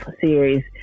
series